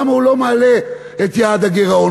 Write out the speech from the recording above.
למה הוא לא מעלה את יעד הגירעון,